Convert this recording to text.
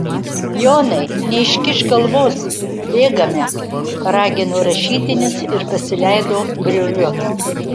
jonai neiškišk galvos bėgame paragino rašytinis ir pasileido grioviu